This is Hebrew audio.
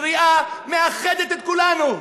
קריאה המאחדת את כולנו,